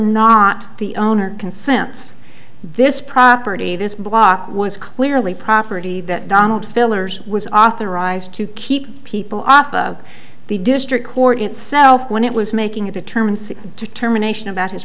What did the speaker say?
not the owner consents this property this block was clearly property that donald fillers was authorized to keep people off of the district court itself when it was making it determined to to germination about his